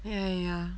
ya ya